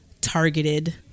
targeted